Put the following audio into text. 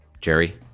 Jerry